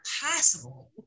possible